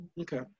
Okay